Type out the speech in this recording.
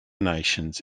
nations